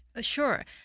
Sure